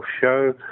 show